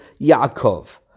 Yaakov